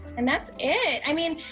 and that's it. i mean,